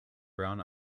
brown